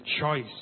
choice